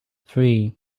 three